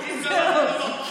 אם גמרת עם המחמאות את יכולה לרדת.